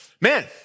man